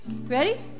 Ready